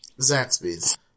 Zaxby's